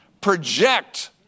project